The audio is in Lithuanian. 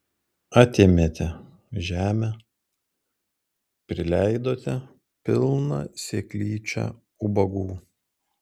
atėmėte žemę prileidote pilną seklyčią ubagų